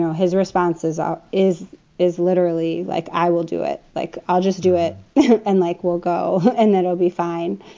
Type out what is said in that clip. his responses are. is is literally like, i will do it. like, i'll just do it and like, we'll go. and then i'll be fine.